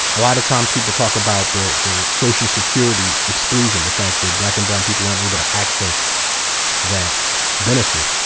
a lot of times people talk about the the social security exclusion, the fact that black and brown people weren't able to access that benefit.